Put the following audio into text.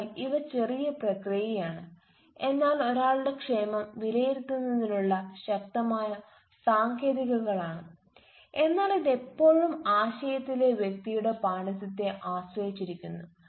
അതിനാൽ ഇവ ചെറിയ പ്രക്രിയയാണ് എന്നാൽ ഒരാളുടെ ക്ഷേമം വിലയിരുത്തുന്നതിനുള്ള ശക്തമായ സാങ്കേതികതകളാണ് എന്നാൽ ഇത് എപ്പോഴും ആശയത്തിലെ വ്യക്തിയുടെ പാണ്ഡിത്യത്തെ ആശ്രയിച്ചിരിക്കുന്നു